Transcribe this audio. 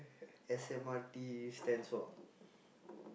S_M_R_T stands for